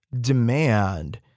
demand